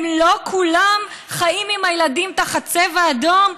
הם לא כולם חיים עם הילדים תחת צבע אדום?